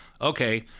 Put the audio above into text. Okay